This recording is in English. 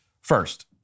First